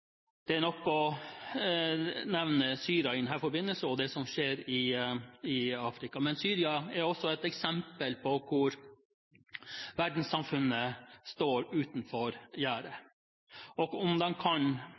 Det er nok å nevne Syria og det som skjer i Afrika i denne forbindelsen. Men Syria er også et eksempel på hvordan verdenssamfunnet